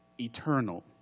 eternal